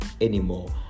anymore